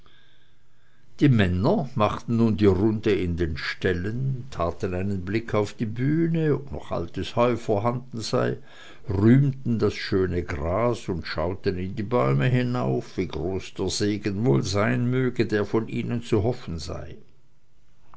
die männer machten nun die runde in den ställen taten einen blick auf die bühne ob noch altes heu vorhanden sei rühmten das schöne gras und schauten in die bäume hinauf wie groß der segen wohl sein möge der von ihnen zu hoffen sei